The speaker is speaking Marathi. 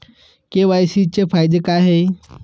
के.वाय.सी चे फायदे काय आहेत?